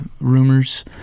rumors